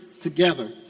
together